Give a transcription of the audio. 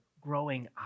growing